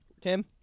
Tim